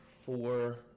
four